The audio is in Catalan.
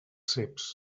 ceps